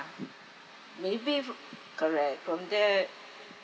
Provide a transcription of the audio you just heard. maybe if uh correct from there